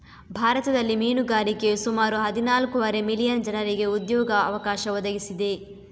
ಭಾರತದಲ್ಲಿ ಮೀನುಗಾರಿಕೆಯು ಸುಮಾರು ಹದಿನಾಲ್ಕೂವರೆ ಮಿಲಿಯನ್ ಜನರಿಗೆ ಉದ್ಯೋಗ ಅವಕಾಶ ಒದಗಿಸಿದೆ